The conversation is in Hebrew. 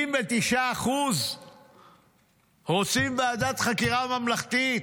79% רוצים ועדת חקירה ממלכתית.